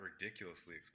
ridiculously